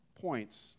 points